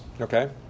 Okay